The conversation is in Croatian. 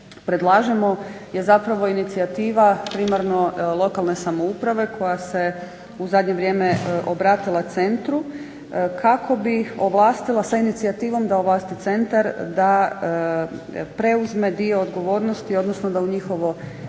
predlažemo je inicijativa primarno lokalne samouprave koja se u zadnje vrijeme obratila centru kako bi ovlastila sa inicijativom da ovlasti centar da preuzme dio odgovornosti odnosno da u njihovo